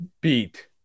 beat –